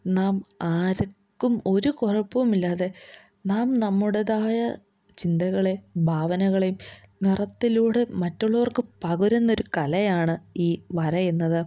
നാം ആർക്കും ഒരു കുഴപ്പവും ഇല്ലാതെ നാം നമ്മുടേതായ ചിന്തകളെ ഭാവനകളെയും നിറത്തിലൂടെ മറ്റുള്ളവർക്കു പകരുന്നൊരു കലയാണ് ഈ വരയെന്നത്